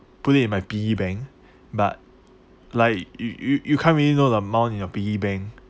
put it in my piggy bank but like you you you can't really know the amount in your piggy bank